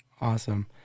awesome